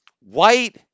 white